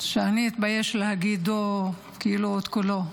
שאתבייש להגיד את כולו,